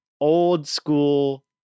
old-school